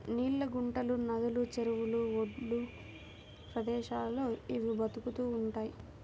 నీళ్ళ గుంటలు, నదులు, చెరువుల ఒడ్డు ప్రదేశాల్లో ఇవి బతుకుతూ ఉంటయ్